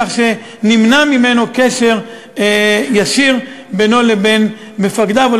כך שנמנע קשר ישיר בינו לבין מפקדיו או